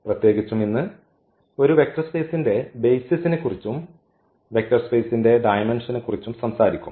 പ്രത്യേകിച്ചും ഇന്ന് ഒരു വെക്റ്റർ സ്പേസിന്റെ ബെയ്സിസിനെക്കുറിച്ചും വെക്റ്റർ സ്പേസിന്റെ ഡയമെന്ഷനെക്കുറിച്ചും സംസാരിക്കും